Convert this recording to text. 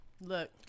Look